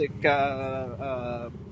classic